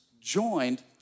joined